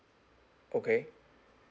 okay